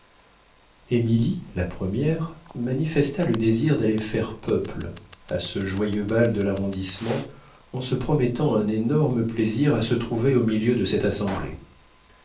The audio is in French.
émilie la première manifesta le désir d'aller faire peuple à ce joyeux bal de l'arrondissement en se promettant un énorme plaisir à se trouver au milieu de cette assemblée